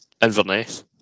Inverness